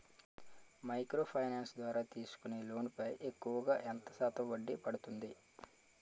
Micro finance ద్వారా తీసుకునే loan పై ఎక్కువుగా ఎంత శాతం వడ్డీ పడుతుంది?